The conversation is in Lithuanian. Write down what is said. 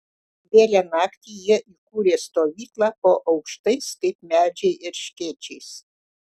vėlią naktį jie įkūrė stovyklą po aukštais kaip medžiai erškėčiais